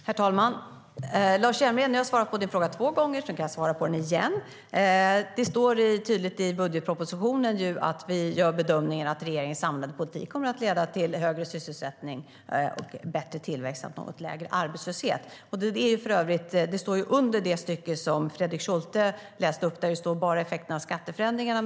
Herr talman! Lars Hjälmered, nu har jag svarat på din fråga två gånger, men jag kan svara på den igen. Det står tydligt i budgetpropositionen att vi gör bedömningen att regeringens samlade politik kommer att leda till högre sysselsättning, bättre tillväxt och lägre arbetslöshet. Det står under det stycke som Fredrik Schulte läste upp om effekterna av skatteförändringarna.